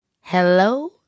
hello